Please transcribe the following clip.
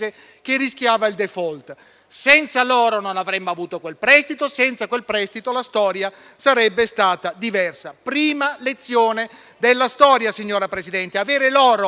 rosso e nero. Senza l'oro non avremmo avuto quel prestito, senza quel prestito la storia sarebbe stata diversa. Prima lezione della storia, signor Presidente: avere l'oro